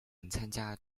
参加